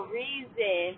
reason